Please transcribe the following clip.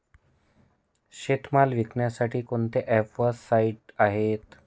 शेतीमाल विकण्यासाठी कोणते ॲप व साईट आहेत?